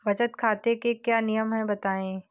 बचत खाते के क्या नियम हैं बताएँ?